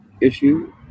issue